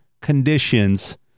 conditions